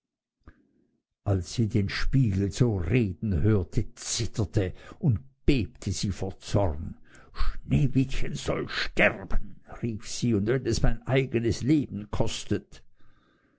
als sie den spiegel so reden hörte zitterte und bebte sie vor zorn sneewittchen soll sterben rief sie und wenn es mein eignes leben kostet